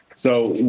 so,